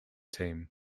team